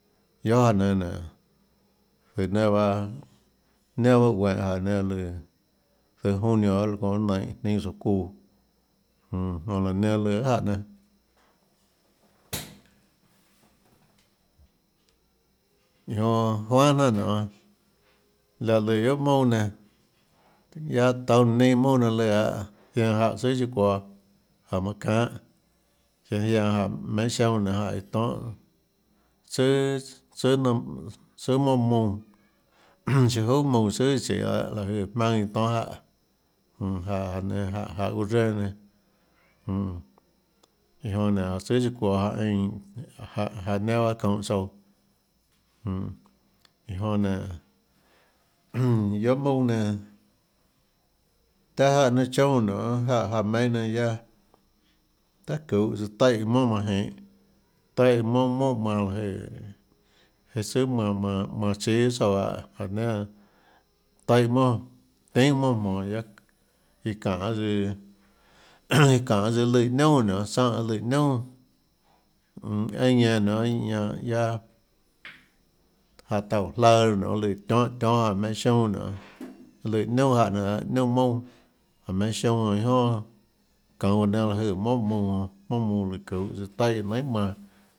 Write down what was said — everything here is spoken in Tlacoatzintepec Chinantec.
Guiohà jáhã nénâ nénå zøhå nenã bahâ nenà guenhå jáhã nénâ lùã zøhå junio çounã nainhå jnínâ tsouã çuuã mm jonã laã nenã lùã guiohà jáhã nénâ iã jonã juanhà jnanà nionê láhã lùã guiohà mounà nénâ guiaâ toúnâ neinâ mounà nénâ lùã lahâ zianã jáhã chíà chiâ çuoå jáhã manã çanhâ ñanã zianã jáhã meinhâ sionâ nonê aíhå tonhâ tsùà tsùà nanâ tsùà monà mounã chiâ juhà mounã tsùàchiê dehâ láhã jøè jmaønâ iã tonhâ jáhã jonã jáhã çuuã reâ nénâ jmm iã jonã nénâ iã tsùà chiâ çoúå jáhã eínã jáhã jáhã nénâ baâ çounhå tsouã jmm iã jonã guiohà mounà nénâ taã jáhã nénâ choúnâ nonê jáhã jáhã meinhâ guiaâ tahà çuhå taíhã monà manã jinhå taíhã monà monàmanã láhå jøè iâ tsùà manã manã chíâ guiohà tsouã lahâ jáhã nénâ taíhã monà tinhà monà jmonå guiaâ iã çanê tsøã iã çanê tsøã iâ lùã niunà nonê tsánhã lùã niunà mmm einã jenå nonê ñanã guiaâ jáhã tauè jlanã nonê lùã tionhâ tionhâ jáhã meinhâ sionâ nionê lùã niunà jáhã nénã nénâ dehâ niunà mounà jáhã meinhâ sionâ iâ jonà çounå jáhã nénâ láhå jøè monà mounã jonã monà mounã lùã çuhå tsøã taíhã nainhàmanã.